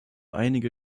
einige